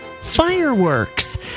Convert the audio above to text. fireworks